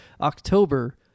October